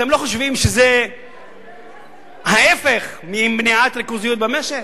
אתם לא חושבים שזה ההיפך ממניעת ריכוזיות במשק?